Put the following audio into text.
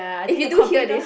if you do hear this